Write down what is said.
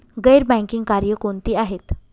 गैर बँकिंग कार्य कोणती आहेत?